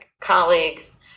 colleagues